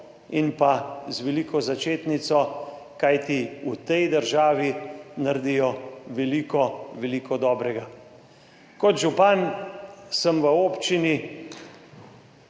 in pa z veliko začetnico, kajti v tej državi naredijo veliko, veliko dobrega. Kot župan sem v občini